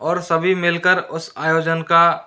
और सभी मिल कर उस आयोजन का